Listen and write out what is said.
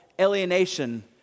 alienation